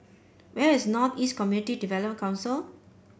where is North East Community Development Council